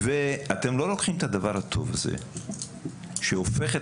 אתם לא לוקחים את הדבר הטוב הזה שהופך את